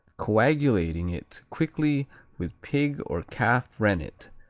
coagulating it quickly with pig or calf rennet,